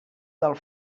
del